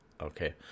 Okay